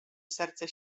serce